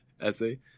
essay